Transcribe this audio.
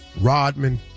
Rodman